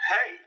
Hey